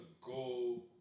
go